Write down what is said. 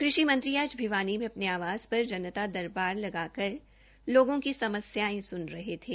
कृषि मंत्री आज भिवानी में अपने आवास पर जनता दरबार लगाकर लोगों की समस्याय सुन रहे थे